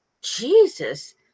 Jesus